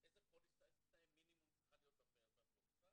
איזה תנאי מינימום צריכים להיות בפוליסה.